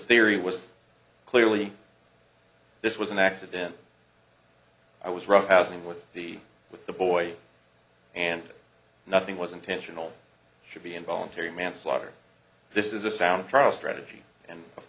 theory was clearly this was an accident i was roughhousing with the with the boy and nothing was intentional should be involuntary manslaughter this is a sound trial strategy and of